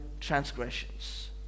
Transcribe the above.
transgressions